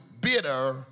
bitter